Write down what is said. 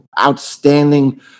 outstanding